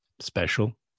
special